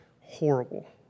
horrible